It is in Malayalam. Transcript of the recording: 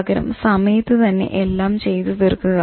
പകരം സമയത്ത് തന്നെ എല്ലാം ചെയ്ത് തീർക്കുക